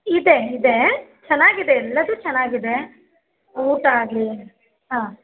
ಇದೆ ಇದೆ ಚೆನಾಗಿದೆ ಎಲ್ಲದು ಚೆನಾಗಿದೆ ಊಟ ಆಗಲಿ ಹಾಂ